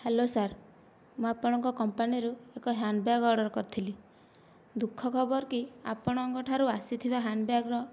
hello sir ମୁଁ ଆପଣଙ୍କ କମ୍ପାନୀରୁ ଏକ ହ୍ୟାଣ୍ଡ୍ ବ୍ୟାଗ ଅର୍ଡ଼ର କରିଥିଲି ଦୁଃଖ ଖବର କି ଆପଣଙ୍କ ଠାରୁ ଆସିଥିବା ହ୍ୟାଣ୍ଡ୍ ବ୍ୟାଗର